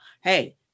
Hey